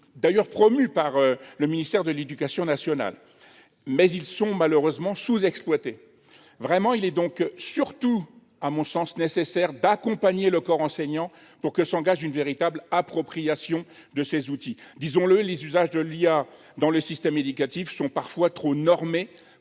d'ailleurs promus par le ministère de l'Education nationale, mais ils sont malheureusement sous-exploités. Vraiment, il est donc surtout à mon sens nécessaire d'accompagner le corps enseignant pour que s'engage une véritable appropriation de ces outils. Disons-le, les usages de l'IA dans le système éducatif sont parfois trop normés